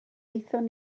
aethon